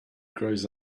grows